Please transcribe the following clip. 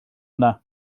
yna